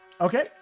Okay